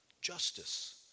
justice